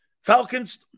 Falcons